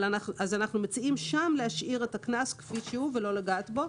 אבל שם אנחנו מציעים להשאיר את הקנס כפי שהוא ולא לגעת בו.